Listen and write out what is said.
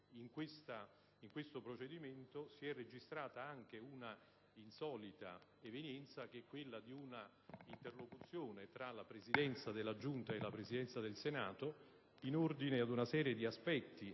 in questo procedimento si è registrata anche un'insolita evenienza, ossia un'interlocuzione tra la Presidenza della Giunta e la Presidenza del Senato in ordine ad una serie di aspetti